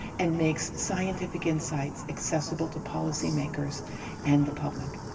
and makes scientific insights accessible to policymakers and the public.